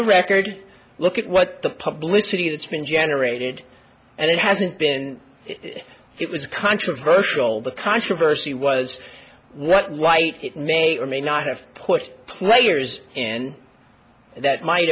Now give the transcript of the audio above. the record look at what the publishing that's been generated and it hasn't been it was controversial the controversy was what white it may or may not have put players and that might